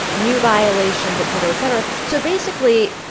new violations, et cetera, et cetera. so basically,